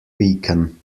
pecan